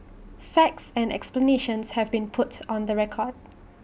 facts and explanations have been put on the record